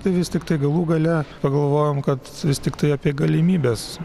tai vis tiktai galų gale pagalvojom kad vis tiktai apie galimybes